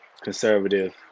conservative